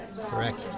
Correct